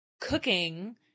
cooking